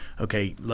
okay